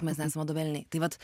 mes nesam vadoveliniai tai vat